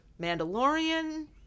Mandalorian